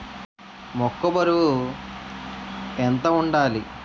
మొక్కొ బరువు ఎంత వుండాలి?